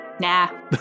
Nah